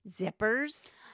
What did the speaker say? zippers